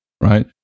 Right